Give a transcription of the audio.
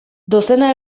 dozena